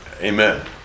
Amen